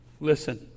Listen